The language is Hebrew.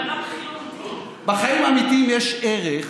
בחיים האמיתיים יש ערך